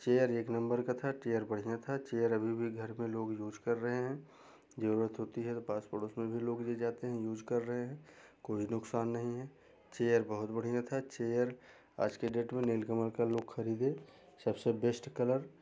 chair एक नंबर का था चेयर बढियाँ था चेयर अभी भी घर पर लोग यूज कर रहे हैं जरुरत होती है पासपोर्ट उसमें भी लोग जो जाते हैं यूज कर रहे हैं कोई नुकसान नहीं हैं चेयर बहुत बढियाँ था चेयर आज के डेट में नीलकमल का लोग खरीदे सबसे बेस्ट कलर